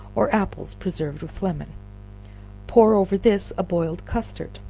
or apples preserved with lemon pour over this a boiled custard,